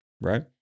right